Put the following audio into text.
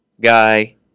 guy